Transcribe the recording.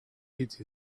eat